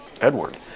Edward